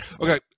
okay